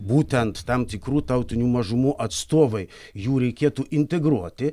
būtent tam tikrų tautinių mažumų atstovai jų reikėtų integruoti